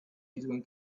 between